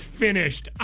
finished